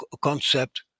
concept